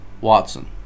Watson